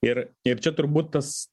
ir ir čia turbūt tas